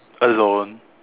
alone